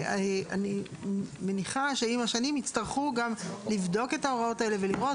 אני מניחה שעם השנים יצטרכו גם לבדוק את ההוראות האלה ולראות